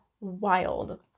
wild